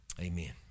Amen